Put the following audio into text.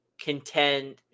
contend